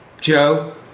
Joe